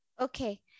Okay